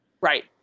Right